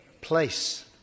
place